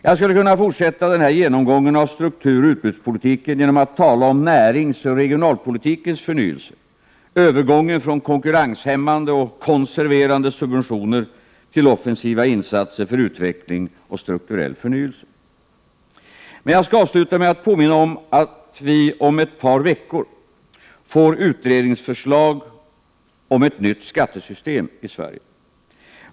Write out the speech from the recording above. Jag skulle kunna fortsätta den här genomgången av strukturoch utbudspolitiken genom att tala om näringsoch regionalpolitikens förnyelse —- övergången från konkurrenshämmande och konserverande subventioner till offensiva insatser för utveckling och strukturell förnyelse. Jag skall emellertid avsluta med att påminna om att vi om ett par veckor får utredningsförslag om ett nytt skattesystem i Sverige.